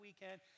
weekend